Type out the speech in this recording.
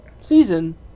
season